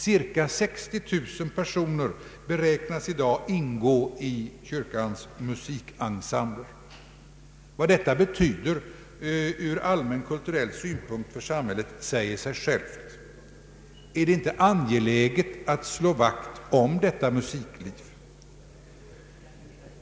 Cirka 60 000 personer beräknas i dag ingå i kyrkans musikensembler. Vad detta betyder ur allmän-kulturell synpunkt för samhället säger sig självt. Är det inte angeläget att slå vakt om detta musikliv?